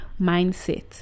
mindset